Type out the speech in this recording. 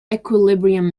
equilibrium